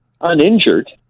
uninjured